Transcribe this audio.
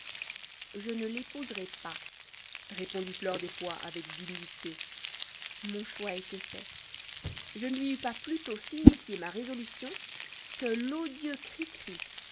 je ne l'épouserai pas répondit fleur des pois avec dignité mon choix était fait je ne lui eus pas plutôt signifié ma résolution que l'odieux cri cri